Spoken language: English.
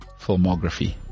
filmography